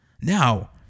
Now